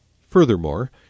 Furthermore